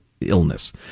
illness